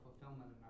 fulfillment